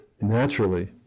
naturally